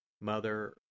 Mother